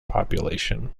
population